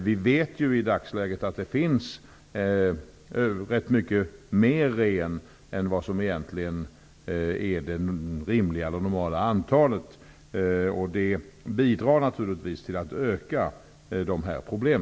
Vi vet i dagsläget att det finns rätt mycket mer ren än vad som egentligen är det rimliga och det normala antalet. Det bidrar naturligtvis till att öka dessa problem.